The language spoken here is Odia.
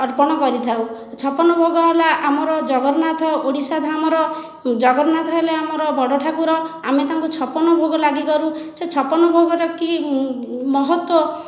ଅର୍ପଣ କରିଥାଉ ଛପନ ଭୋଗ ହେଲା ଆମର ଜଗନ୍ନାଥ ଓଡ଼ିଶା ଧାମର ଜଗନ୍ନାଥ ହେଲେ ଆମର ବଡ଼ ଠାକୁର ଆମେ ତାଙ୍କୁ ଛପନ ଭୋଗ ଲାଗି କରୁ ସେ ଛପନ ଭୋଗର କି ମହତ୍ତ୍ୱ